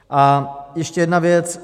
A ještě jedna věc.